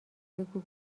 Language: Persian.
بگو